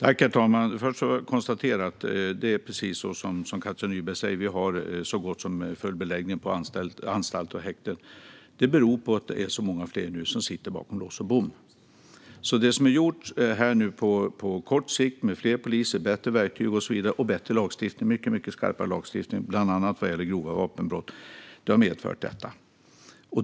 Herr talman! Först vill jag konstatera att det är precis som Katja Nyberg säger: Vi har så gott som full beläggning på anstalter och i häkten. Det beror på att det nu är så många fler som sitter bakom lås och bom. Det som är gjort på kort sikt med fler poliser, bättre verktyg och så vidare samt bättre och mycket skarpare lagstiftning, bland annat vad gäller grova vapenbrott, har medfört detta. Det är bra.